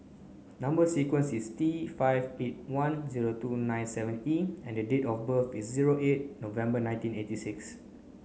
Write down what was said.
number sequence is T five eight one zero two nine seven E and date of birth is zero eight November nineteen eighty six